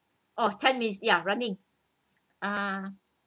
oh ten minutes ya running uh